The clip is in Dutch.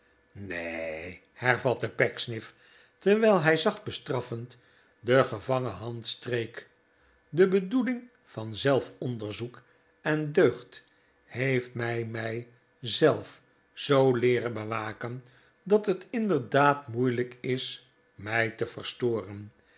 neen hervatte pecksniff terwijl hij zacht bestraffend de gevangen hand streek de beoefening van zelfonderzoek en deugd heeft mij mij zelf zoo leeren bewaken dat het inderdaad moeilijk is mij te verstoren